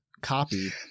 copy